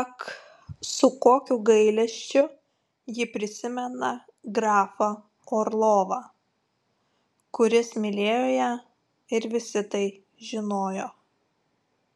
ak su kokiu gailesčiu ji prisimena grafą orlovą kuris mylėjo ją ir visi tai žinojo